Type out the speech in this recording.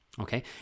okay